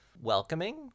welcoming